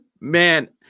Man